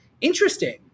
interesting